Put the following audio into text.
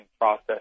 process